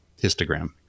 histogram